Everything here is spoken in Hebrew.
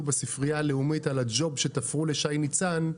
בספרייה הלאומית על הג'וב שתפרו לשי ניצן,